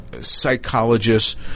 psychologists